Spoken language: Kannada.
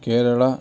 ಕೇರಳ